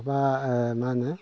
बा मा होनो